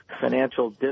financial